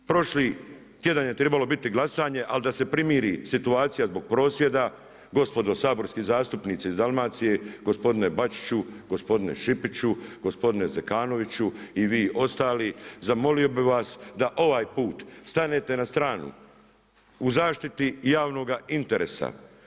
Prošli tjedan je trebalo biti glasanje ali da se primiri situacija zbog prosvjeda gospodo saborski zastupnici iz Dalmacije, gospodine Bačiću, gospodine Šipiću, gospodine Zekanoviću i vi ostali zamolio bih vas da ovaj put stanete na stranu u zaštiti javnoga interesa.